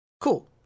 Cool